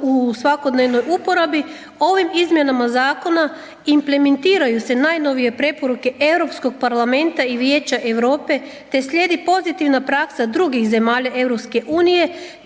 u svakodnevnoj uporabi, ovim izmjenama zakona implementiraju se najnovije preporuke EU parlamenta i Vijeća EU te slijedi pozitivna praksa drugih zemalja EU